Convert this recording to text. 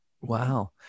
Wow